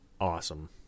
awesome